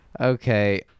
Okay